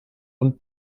und